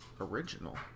original